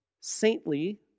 saintly